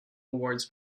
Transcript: awards